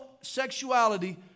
sexuality